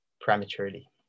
prematurely